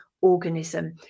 organism